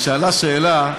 נשאלה שאלה,